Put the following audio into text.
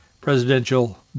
presidential